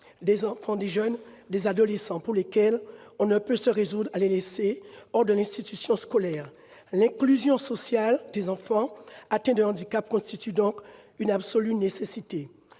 de nombreux enfants et adolescents qu'on ne peut se résoudre à laisser hors de l'institution scolaire. L'inclusion sociale des enfants atteints de handicap constitue donc une absolue nécessité.